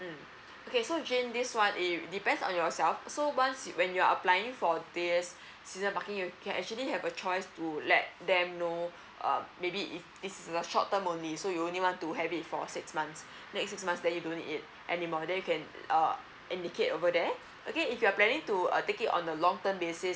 mm okay jane so this one it depends on yourself so once you when you're applying for this season parking you can actually have a choice to let them know uh maybe if it's a short term only so you only want to have it for six months next six months that you don't do it anymore then you can uh indicate over there okay if you are planning to uh take it on a long term basis